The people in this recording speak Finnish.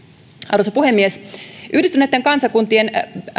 arvoisa puhemies yhdistyneitten kansakuntien